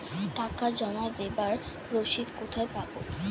টাকা জমা দেবার রসিদ কোথায় পাব?